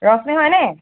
ৰশ্মি হয়নে